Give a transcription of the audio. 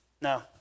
No